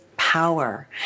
power